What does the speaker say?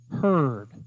heard